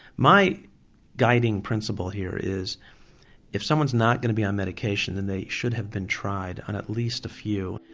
my guiding principle here is if someone's not going to be on medication then they should have been tried on a least a few.